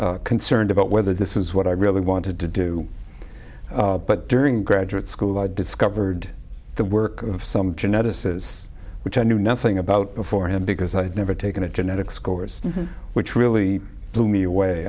more concerned about whether this is what i really wanted to do but during graduate school i discovered the work of some geneticists which i knew nothing about beforehand because i had never taken a genetics scores which really blew me away